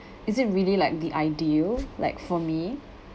is it really like the ideal like for me